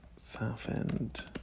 Southend